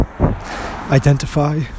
identify